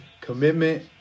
commitment